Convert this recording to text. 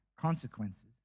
consequences